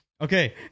Okay